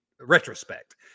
retrospect